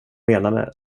menade